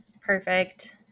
Perfect